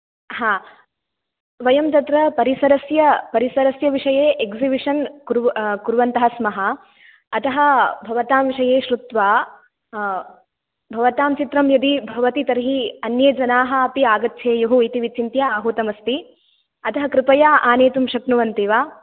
हा वयं तत्र परिसरस्य परिसरस्य विषये एक्झिविषन् कुर्व कुर्वन्तः स्मः अतः भवतां विषये शृत्वा भवतां चित्रं यदि भवति तर्हि अन्ये जनाः अपि आगच्छेयुः इति विचिन्त्य आहुतम् अस्ति अतः कृपया आनेतुं शक्नुवन्ति वा